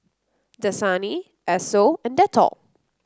Dasani Esso and Dettol